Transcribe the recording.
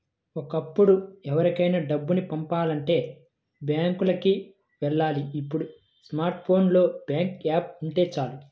ఒకప్పుడు ఎవరికైనా డబ్బుని పంపిచాలంటే బ్యాంకులకి వెళ్ళాలి ఇప్పుడు స్మార్ట్ ఫోన్ లో బ్యాంకు యాప్ ఉంటే చాలు